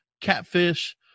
Catfish